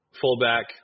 fullback